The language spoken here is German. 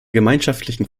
gemeinschaftlichen